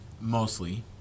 mostly